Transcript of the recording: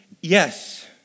yes